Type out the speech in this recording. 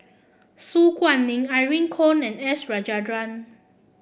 Su Guaning Irene Khong and S Rajendran